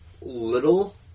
little